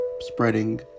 spreading